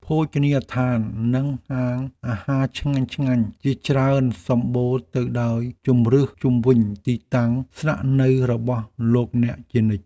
ភោជនីយដ្ឋាននិងហាងអាហារឆ្ងាញ់ៗជាច្រើនសម្បូរទៅដោយជម្រើសជុំវិញទីតាំងស្នាក់នៅរបស់លោកអ្នកជានិច្ច។